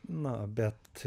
na bet